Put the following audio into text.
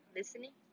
listening